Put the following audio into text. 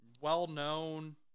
well-known